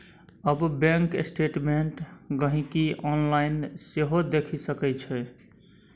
आब bank statement गांहिकी online सेहो देखि सकै छै